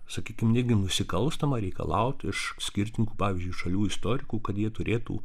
sakytum netgi nusikalstama reikalauti iš skirtumų pavyzdžiui šalių istorikų kad jie turėtų